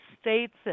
states